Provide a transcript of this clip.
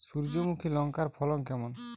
সূর্যমুখী লঙ্কার ফলন কেমন?